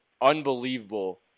unbelievable